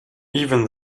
even